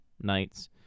nights